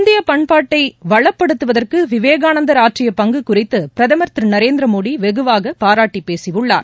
இந்திய பண்பாட்டை வளப்படுத்துவதற்கு விவேகானந்தர் ஆற்றிய பங்கு குறித்து பிரதமர் திரு நரேந்திரமோடி வெகுவாக பாராட்டி பேசியுள்ளார்